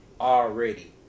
already